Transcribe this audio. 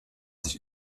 sich